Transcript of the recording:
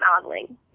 modeling